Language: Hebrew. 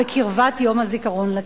בקרבת יום הזיכרון לטבח.